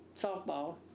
softball